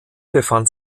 befand